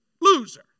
loser